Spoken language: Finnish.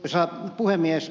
arvoisa puhemies